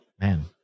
man